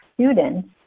students